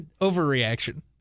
Overreaction